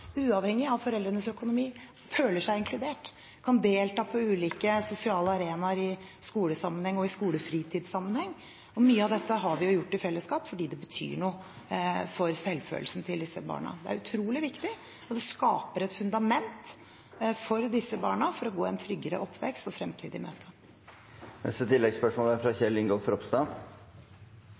uavhengig av foreldrenes økonomi – føler seg inkludert og kan delta på ulike sosiale arenaer i skolesammenheng og i skolefritidssammenheng. Mye av dette har vi gjort i fellesskap, fordi det betyr noe for selvfølelsen til disse barna. Det er utrolig viktig, og det skaper et fundament for disse barna for å gå en tryggere oppvekst og fremtid i møte.